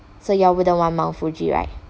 so you all wouldn't want mount fuji right